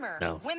No